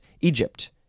Egypt